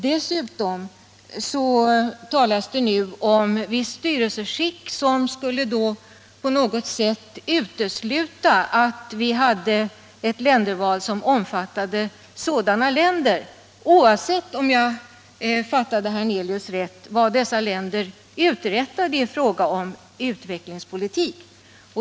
Dessutom talas det nu om visst styrelseskick som skulle utesluta dem Internationellt utvecklingssamar från att vara samarbetsländer med Sverige - om jag fattade herr Hernelius rätt — vad dessa länder än uträttade i fråga om utvecklingspolitik.